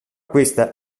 questa